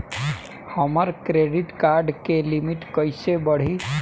हमार credit card के limit कइसे बढ़ी?